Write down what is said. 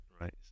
right